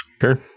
Sure